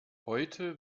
heute